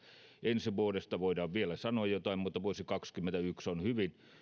ensi vuodesta voidaan vielä sanoa jotain mutta vuosi kaksikymmentäyksi on hyvin